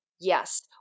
Yes